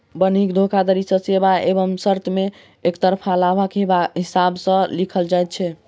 बन्हकी धोखाधड़ी मे सेवा एवं शर्त मे एकतरफा लाभक हिसाब सॅ लिखल जाइत छै